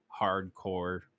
hardcore